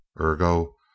Ergo